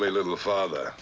little father